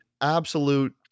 absolute